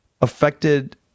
affected